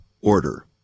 order